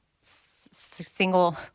single